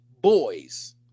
boys